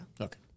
Okay